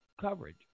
coverage